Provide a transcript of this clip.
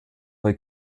bei